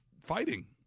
fighting